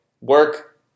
work